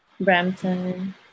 Brampton